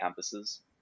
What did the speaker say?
campuses